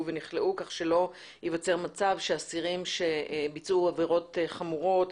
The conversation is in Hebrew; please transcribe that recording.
ונכלאו כך שלא ייווצר מצב שאסירים שביצעו עבירות חמורות,